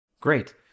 Great